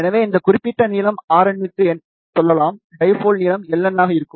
எனவே இந்த குறிப்பிட்ட நீளம் Rn க்கு சொல்லலாம் டைபோல் நீளம் Ln ஆக இருக்கும்